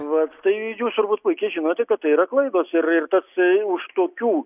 vat tai jūs turbūt puikiai žinote kad tai yra klaidos ir ir tas už tokių